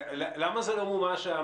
למה 170 המיליון לא מומשו,